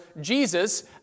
Jesus